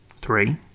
three